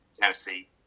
Tennessee